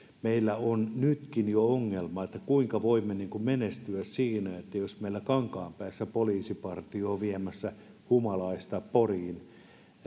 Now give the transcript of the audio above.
meillä on nytkin jo ongelma että kuinka voimme menestyä siinä että jos meillä kankaanpäässä poliisipartio on viemässä humalaista poriin